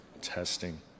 testing